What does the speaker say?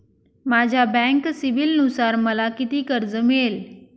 माझ्या बँक सिबिलनुसार मला किती कर्ज मिळेल?